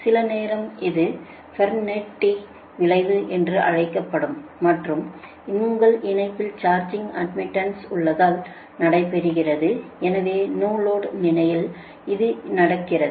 சில நேரம் இது ஃபெரான்டி விளைவு என்று அழைக்கப்படும் மற்றும் உங்கள் இணைப்பில் சார்ஜிங் அட்மிட்டன்ஸ் உள்ளதால் நடைபெறுகிறது எனவே நோலோடு நிலையில் இது நடக்கிறது